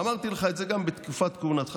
ואמרתי לך את זה גם בתקופת כהונתך,